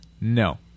no